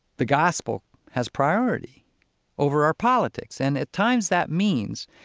the gospel has priority over our politics. and, at times, that means,